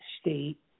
state